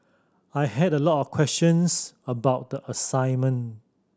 I had a lot of questions about the assignment